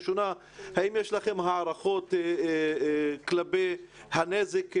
שאלה ראשונה, האם יש לכם הערכות לגבי הנזק שהיה?